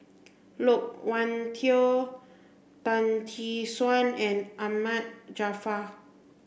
Loke Wan Tho Tan Tee Suan and Ahmad Jaafar